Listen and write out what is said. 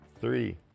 three